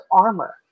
armor